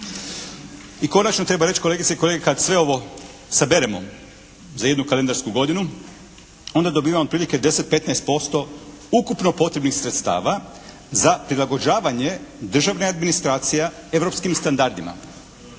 I konačno treba reći kolegice i kolege kad sve ovo saberemo za jednu kalendarsku godinu onda dobivamo otprilike 10, 15% ukupno potrebnih sredstava za prilagođavanje državnih administracija europskim standardima,